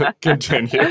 continue